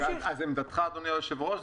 אז עמדתך אדוני היושב-ראש,